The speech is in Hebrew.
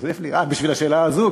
תוסיף לי בשביל השאלה הזאת?